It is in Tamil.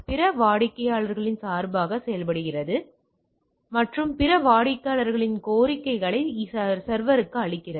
பிற வாடிக்கையாளர்களின் சார்பாக செயல்படுகிறது மற்றும் பிற வாடிக்கையாளர்களிடமிருந்து கோரிக்கைகளை சர்வருக்கு அளிக்கிறது